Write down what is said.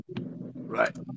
Right